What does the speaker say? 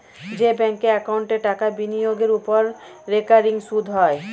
যে ব্যাঙ্ক একাউন্টে টাকা বিনিয়োগের ওপর রেকারিং সুদ হয়